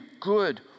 good